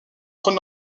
trône